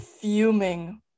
fuming